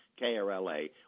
KRLA